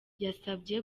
yasabye